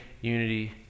unity